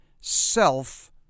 self